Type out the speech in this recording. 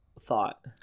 thought